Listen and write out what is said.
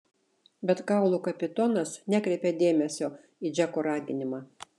bet kaulų kapitonas nekreipė dėmesio į džeko raginimą